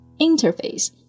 Interface